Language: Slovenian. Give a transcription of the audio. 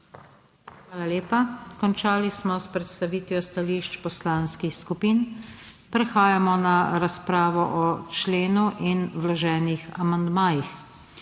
Hvala lepa. Končali smo s predstavitvijo stališč poslanskih skupin. Prehajamo na razpravo o členu in vloženih amandmajih.